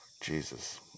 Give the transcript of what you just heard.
Jesus